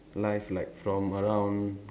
life like from around